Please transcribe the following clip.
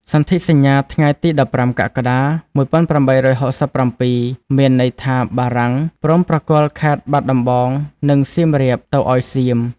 សន្ធិសញ្ញា ថ្ងៃទី១៥ កក្កដា ១៨៦៧ មានន័យថាបារាំង ព្រមប្រគល់ខេត្តបាត់ដំបង និងសៀមរាប ទៅឱ្យសៀម។